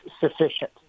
sufficient